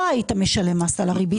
לא היית משלם מס על הריבית,